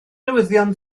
newyddion